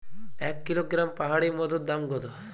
এক কিলোগ্রাম পাহাড়ী মধুর দাম কত?